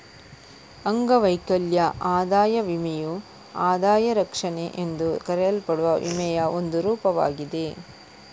ಅಂಗವೈಕಲ್ಯ ಆದಾಯ ವಿಮೆಯು ಆದಾಯ ರಕ್ಷಣೆ ಎಂದು ಕರೆಯಲ್ಪಡುವ ವಿಮೆಯ ಒಂದು ರೂಪವಾಗಿದೆ